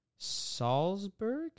Salzburg